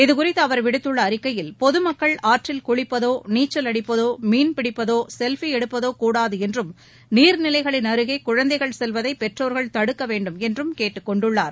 இதுகுறித்து அவர் விடுத்துள்ள அறிக்கையில் பொதுமக்கள் ஆற்றில் குளிப்பதோ நீச்சவடிப்பதோ மீன் பிடிப்பதோ செல்ஃபி எடுப்பதோ கூடாது என்றும் நீர்நிலைகளின் அருகே குழந்தைகள் செல்வதை பெற்றோர்கள் தடுக்க வேண்டும் என்றும் கேட்டுக்கொண்டுள்ளார்